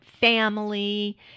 family